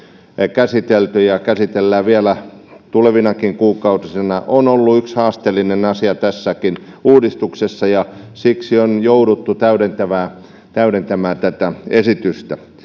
käsitelty ja käsitellään vielä tulevinakin kuukausina on ollut yksi haasteellinen asia tässäkin uudistuksessa ja siksi on jouduttu täydentämään tätä esitystä